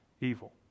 evil